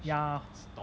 ya